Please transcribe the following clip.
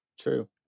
true